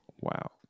Wow